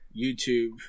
YouTube